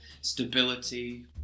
stability